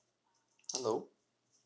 hello